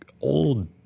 old